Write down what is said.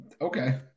Okay